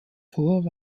hoher